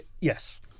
Yes